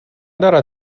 دارد